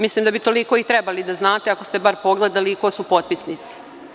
Mislim da bi toliko i trebali da znate ako ste bar pogledali ko su potpisnici.